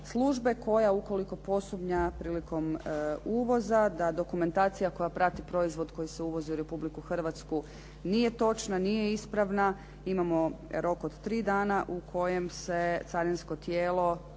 službe koja ukoliko posumnja prilikom uvoza da dokumentacija koja prati proizvod koji se uvozi u Republiku Hrvatsku nije točna, nije ispravna, imamo rok od 3 dana u kojem carinsko tijelo